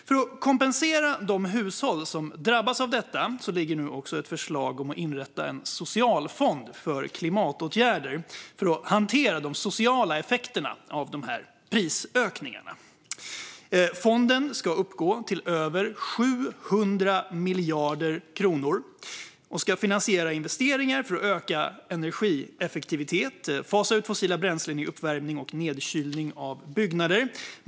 För att kompensera de hushåll som drabbas av detta ligger nu också ett förslag om att inrätta en socialfond för klimatåtgärder för att hantera de sociala effekterna av de här prisökningarna. Fonden ska uppgå till över 700 miljarder kronor och ska finansiera investeringar för att öka energieffektivitet och fasa ut fossila bränslen i uppvärmning och nedkylning av byggnader.